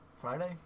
Friday